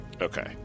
Okay